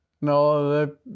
No